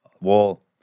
wall